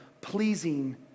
pleasing